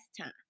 time